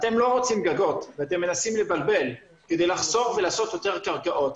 אתם לא רוצים גגות ואתם מנסים לבלבל כדי לחסוך ולעשות יותר קרקעות.